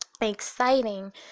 exciting